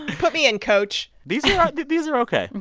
put me in, coach these yeah these are ok.